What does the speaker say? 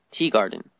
Teagarden